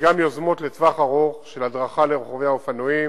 וגם יוזמות לטווח ארוך של הדרכה לרוכבי האופנועים,